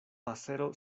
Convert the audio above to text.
pasero